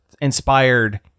inspired